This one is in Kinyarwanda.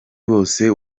bose